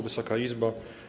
Wysoka Izbo!